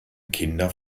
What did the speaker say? kinder